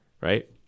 right